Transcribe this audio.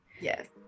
Yes